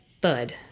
Thud